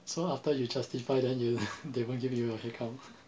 so after you justify then you they won't give you your headcount